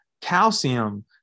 calcium